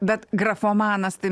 bet grafomanas tai